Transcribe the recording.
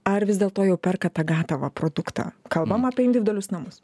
ar vis dėlto jau perka tą gatavą produktą kalbam apie individualius namus